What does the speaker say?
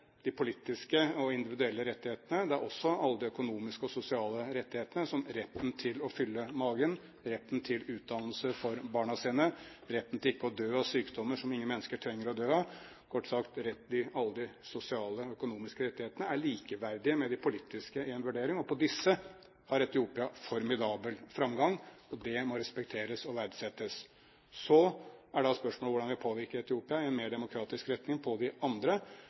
de politiske og individuelle rettighetene. Det er også alle de økonomiske og sosiale rettighetene, som retten til å fylle magen, retten til utdannelse for barn, retten til ikke å dø av sykdommer som ingen mennesker trenger å dø av – kort sagt at retten til alle de sosiale og økonomiske rettighetene vurderes som likeverdige med de politiske, og med hensyn til disse har Etiopia formidabel framgang. Det må respekteres og verdsettes. Så er spørsmålet hvordan vi påvirker Etiopia i en mer demokratisk retning på andre